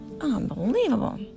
Unbelievable